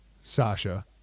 Sasha